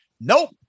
Nope